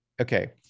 okay